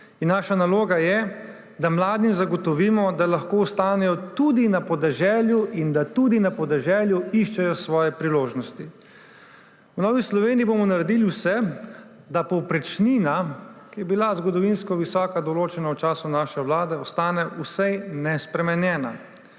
in naša naloga je, da mladim zagotovimo, da lahko ostanejo tudi na podeželju in da tudi na podeželju iščejo svoje priložnosti. V Novi Sloveniji bomo naredili vse, da povprečnina, ki je bila zgodovinsko visoko določena v času naše vlade, ostane vsaj nespremenjena.